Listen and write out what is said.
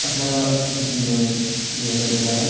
अठार दिसम्बर दुई हजार एघार